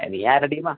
A നീ ആര ടീമാ